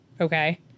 Okay